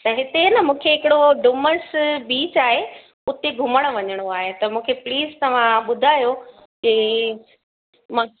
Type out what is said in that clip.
त इते न मूंखे हिकिड़ो डूमर्स बीच आहे उते घुमण वञिणो आहे मूंखे प्लीज़ तव्हां ॿुधायो की मां